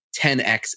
10x